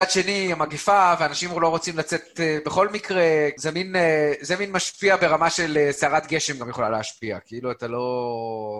שני, המגיפה, ואנשים לא רוצים לצאת בכל מקרה, זה מין... זה מין משפיע ברמה של... סערת גשם גם יכולה להשפיע, כאילו אתה לא...